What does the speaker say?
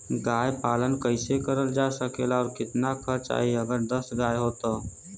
गाय पालन कइसे करल जा सकेला और कितना खर्च आई अगर दस गाय हो त?